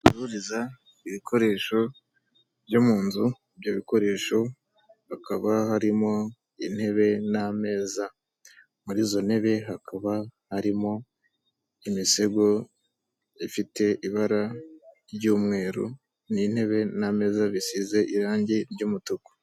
Aho bacururiza ibikoresho byo mu nzu, ibyo bikoresho hakaba harimo intebe n'ameza. Muri izo ntebe hakaba harimo imisego ifite ibara ry'umweru, n'intebe n’ameza bisize irangi ry'umutuku.